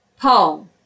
Paul